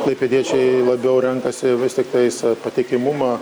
klaipėdiečiai labiau renkasi vis tiktais patikimumą